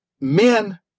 men